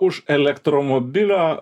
už elektromobilio